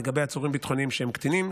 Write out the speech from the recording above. לגבי עצורים ביטחוניים שהם קטינים,